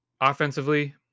Offensively